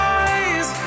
eyes